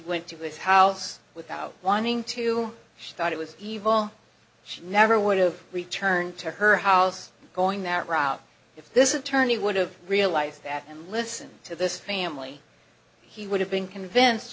went to his house without wanting to start it was evil she never would have returned to her house going that route if this is attorney would have realized that and listen to this family he would have been convinced